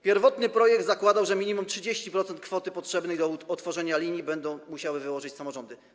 Pierwotny projekt zakładał, że minimum 30% kwoty potrzebnej do otworzenia linii będą musiały wyłożyć samorządy.